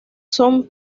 son